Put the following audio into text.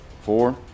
four